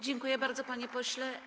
Dziękuję bardzo, panie pośle.